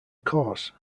course